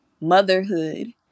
Motherhood